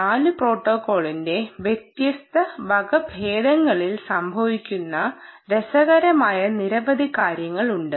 4 പ്രോട്ടോക്കോളിന്റെ വ്യത്യസ്ത വകഭേദങ്ങളിൽ സംഭവിക്കുന്ന രസകരമായ നിരവധി കാര്യങ്ങൾ ഉണ്ട്